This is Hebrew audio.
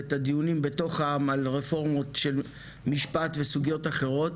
ואת הדיונים בתוך העם על רפורמות משפט וסוגיות אחרות,